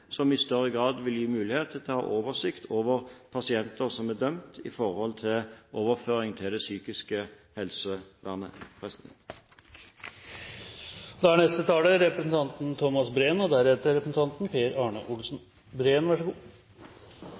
som i større grad vil gi mulighet til å ha oversikt over pasienter som er dømt til overføring til det psykiske helsevernet. Jeg vil starte med å takke saksordføreren for et godt innlegg og en god komitébehandling. Jeg er